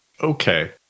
Okay